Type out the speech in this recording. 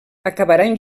acabaran